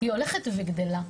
היא הולכת וגדלה.